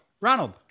Ronald